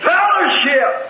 Fellowship